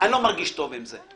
לא מרגיש טוב עם זה.